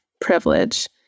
privilege